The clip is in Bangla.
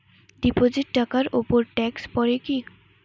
ডিপোজিট টাকার উপর ট্যেক্স পড়ে কি?